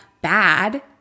bad